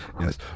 yes